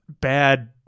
bad